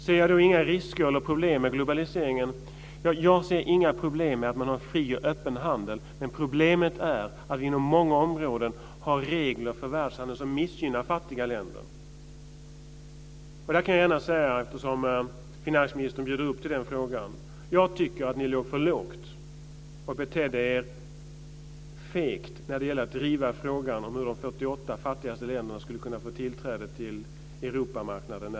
Ser jag då inga risker eller problem med globaliseringen? Jag ser inga problem med att man har fri och öppen handel. Problemet är att vi inom många områden har regler för världshandeln som missgynnar fattiga länder. Där kan jag gärna säga en sak eftersom finansministern bjuder upp till den frågan. Jag tycker att ni låg för lågt och betedde er fegt när det gällde att driva frågan om hur de 48 fattigaste länderna skulle kunna få tillträde till Europamarknaden.